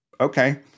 Okay